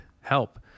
help